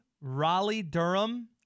Raleigh-Durham